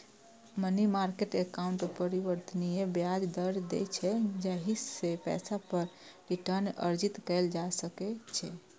money market account परिवर्तनीय ब्याज दर दै छै, जाहि सं पैसा पर रिटर्न अर्जित कैल जा सकै छै